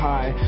High